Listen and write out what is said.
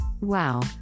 Wow